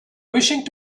wishing